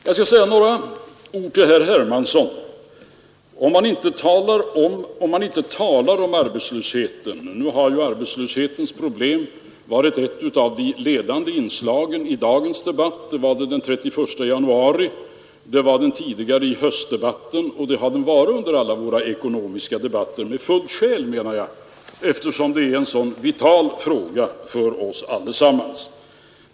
Jag skall säga några ord till herr Hermansson. I dagens debatt har ju arbetslösheten varit ett av de ledande inslagen. Den var det den 31 januari och i höstdebatten, och det har den varit under alla våra ekonomiska debatter — med fullt skäl, menar jag, eftersom det gäller en så vital fråga för oss alla.